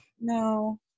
no